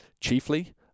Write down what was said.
Chiefly